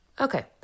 Okay